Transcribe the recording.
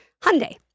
Hyundai